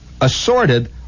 assorted